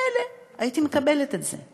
מילא, הייתי מקבלת את זה.